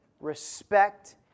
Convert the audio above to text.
respect